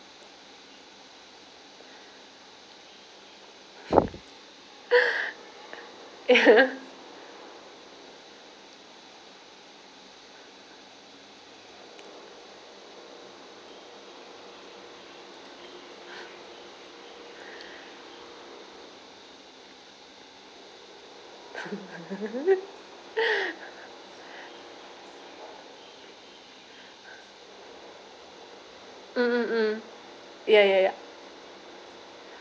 mm mm ya ya ya